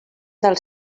del